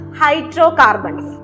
hydrocarbons